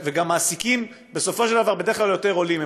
וגם מעסיקים בסופו של דבר בדרך כלל יותר עולים.